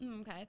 Okay